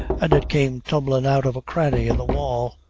an' it came tumblin' out of a cranny in the wall.